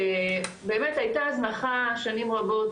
שבאמת הייתה הזנחה שנים רבות,